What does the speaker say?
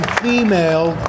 female